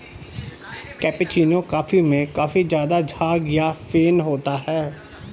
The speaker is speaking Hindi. कैपेचीनो कॉफी में काफी ज़्यादा झाग या फेन होता है